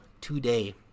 today